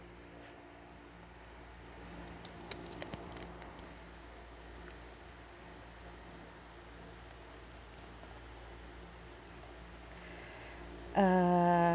uh